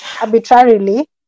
arbitrarily